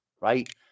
right